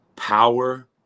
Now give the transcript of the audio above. power